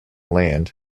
land